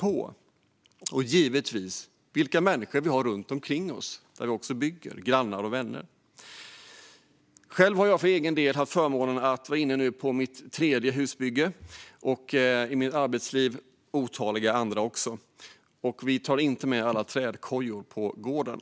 Det handlar givetvis också om vilka människor vi har runt omkring oss där vi bygger - grannar och vänner. Själv har jag förmånen att vara inne på mitt tredje husbygge för egen del. I mitt arbetsliv är de otaliga. Jag tar inte med alla trädkojor på gården.